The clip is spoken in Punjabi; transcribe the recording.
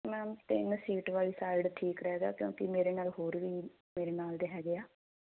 ਮੈਮ ਤਿੰਨ ਸੀਟ ਵਾਲੀ ਸਾਈਡ ਠੀਕ ਰਹਿ ਗਿਆ ਕਿਉਂਕਿ ਮੇਰੇ ਨਾਲ ਹੋਰ ਵੀ ਮੇਰੇ ਨਾਲ ਦੇ ਹੈਗੇ ਆ